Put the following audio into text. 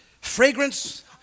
fragrance